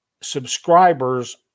subscribers